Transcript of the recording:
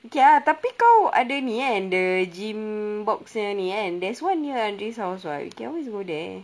ya api kau ada ni kan the gym box yang ni kan there's one near andre's house [what] you can always go there